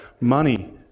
Money